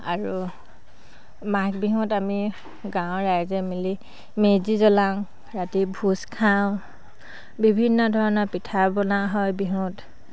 আৰু মাঘ বিহুত আমি গাঁৱৰ ৰাইজে মিলি মেজি জ্বলাওঁ ৰাতি ভোজ খাওঁ বিভিন্ন ধৰণৰ পিঠা বনোৱা হয় বিহুত